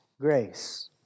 grace